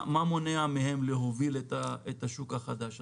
מה מונע מהן להוביל את השוק החדש הזה?